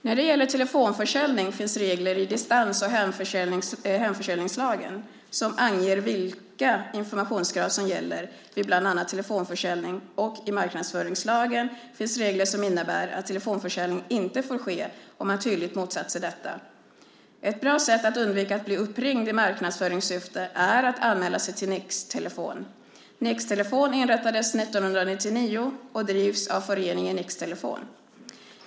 När det gäller telefonförsäljning finns det regler i distans och hemförsäljningslagen som anger vilka informationskrav som gäller vid bland annat telefonförsäljning, och i marknadsföringslagen finns det regler som innebär att telefonförsäljning inte får ske om man tydligt motsatt sig detta. Ett bra sätt att undvika att bli uppringd i marknadsföringssyfte är att anmäla sig till Nix-Telefon. Nix-Telefon inrättades 1999 och drivs av Föreningen Nix-Telefon.